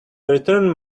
returned